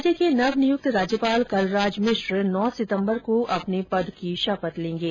राज्य के नवनियुक्त राज्यपाल कलराज मिश्र नौ सितम्बर को अपने पद की शपथ लेंगे